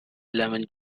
lemon